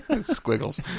Squiggles